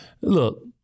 Look